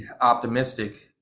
optimistic